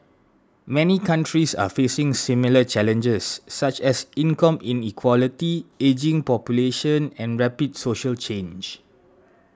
many countries are facing similar challenges such as income inequality ageing population and rapid social change